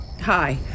Hi